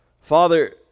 Father